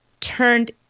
turned